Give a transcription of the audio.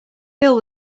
fill